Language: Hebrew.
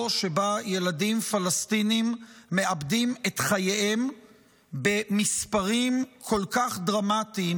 שבה ילדים פלסטינים מאבדים את חייהם במספרים כל כך דרמטיים,